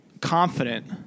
confident